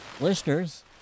listeners